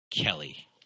Kelly